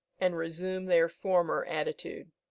and resumed their former attitude.